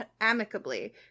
amicably